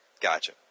Gotcha